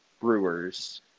brewers